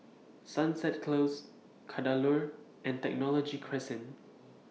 Sunset Close Kadaloor and Technology Crescent